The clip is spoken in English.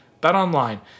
BetOnline